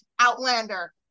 Outlander